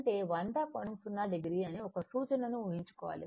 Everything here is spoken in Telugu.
అంటే100 కోణం 0 o అని ఒక సూచనను ఊహించుకోవాలి